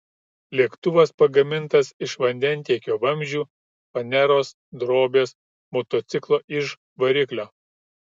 lėktuvas pagamintas iš vandentiekio vamzdžių faneros drobės motociklo iž variklio